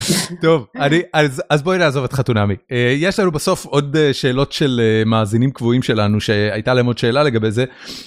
טוב, אז בואי לעזוב את חתונמי. יש לנו בסוף עוד שאלות של מאזינים קבועים שלנו שהייתה להם עוד שאלה לגבי זה..